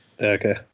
Okay